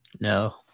No